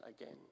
again